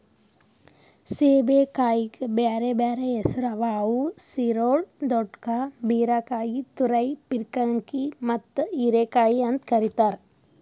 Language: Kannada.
ಸೇಬೆಕಾಯಿಗ್ ಬ್ಯಾರೆ ಬ್ಯಾರೆ ಹೆಸುರ್ ಅವಾ ಅವು ಸಿರೊಳ್, ದೊಡ್ಕಾ, ಬೀರಕಾಯಿ, ತುರೈ, ಪೀರ್ಕಂಕಿ ಮತ್ತ ಹೀರೆಕಾಯಿ ಅಂತ್ ಕರಿತಾರ್